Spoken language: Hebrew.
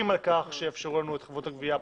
על כך שיאפשרו לנו את חברות הגבייה הפרטיות.